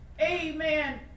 amen